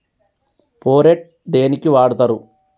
Phorate దేనికి వాడుతరు?